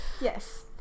yes